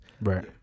Right